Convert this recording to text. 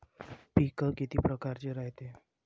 पिकं किती परकारचे रायते?